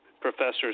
professors